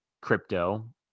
crypto